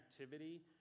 activity